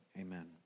amen